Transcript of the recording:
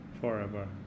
forever